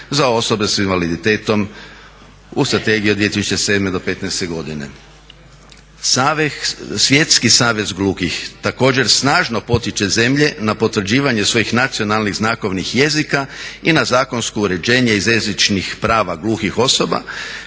za osoba s invaliditetom u Strategiji od 2007.-2015.godine. Svjetski savez gluhih također snažno potiče zemlje na potvrđivanje svojih nacionalnih znakovnih jezika i na zakonsko uređenje iz jezičnih prava gluhih osoba